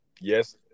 yes